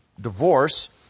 divorce